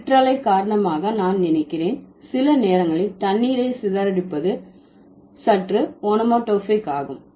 சிற்றலை காரணமாக நான் நினைக்கிறேன் சில நேரங்களில் தண்ணீரை சிதறடிப்பது சற்று ஓனோமடோபாயிக் ஆகும்